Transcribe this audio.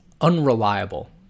unreliable